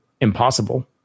impossible